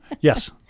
Yes